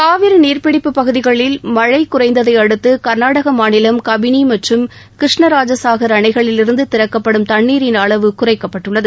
காவிரி நீர்ப்பிடிப்பு பகுதிகளில் மழை குறைந்ததையடுத்து கர்நாடக மாநிலம் கபினி மற்றும் கிருஷ்ணராஜசாஹர் அணைகளிலிருந்து திறக்கப்படும் தண்ணீரின் அளவு குறைக்கப்பட்டுள்ளது